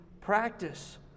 practice